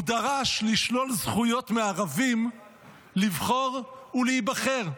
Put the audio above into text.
הוא דרש לשלול זכויות מערבים לבחור ולהיבחר.